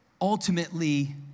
ultimately